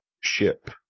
ship